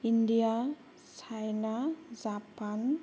India China Japan